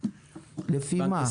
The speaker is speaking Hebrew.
לפי מה?